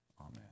Amen